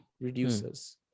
reduces